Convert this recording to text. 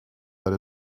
that